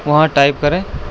وہاں ٹائپ کریں